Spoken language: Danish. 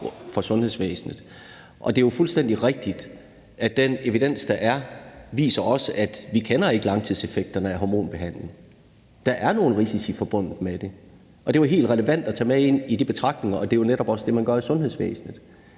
fra sundhedsvæsenet. Det er jo fuldstændig rigtigt, at den evidens, der er, viser, at vi ikke kender langtidseffekterne af hormonbehandling. Der er nogle risici forbundet med det, og det er jo helt relevant at tage med ind i de betragtninger, og det er jo netop også det, man gør i sundhedsvæsenet.